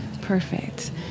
Perfect